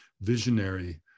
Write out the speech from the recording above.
visionary